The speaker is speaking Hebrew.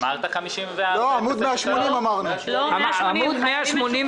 אמרת 54-003. לא, אמרנו עמוד 180, חיילים